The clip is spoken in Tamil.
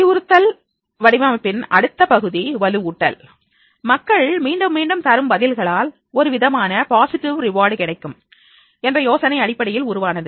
அறிவுறுத்தல் வடிவமைப்பின் அடுத்த பகுதி வலுவூட்டல் மக்கள் மீண்டும் மீண்டும் தரும் பதில்களால் ஒருவிதமான பாசிட்டிவ் ரிவார்டு கிடைக்கும் என்ற யோசனை அடிப்படையில் உருவானது